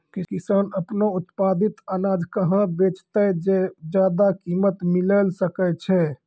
किसान आपनो उत्पादित अनाज कहाँ बेचतै जे ज्यादा कीमत मिलैल सकै छै?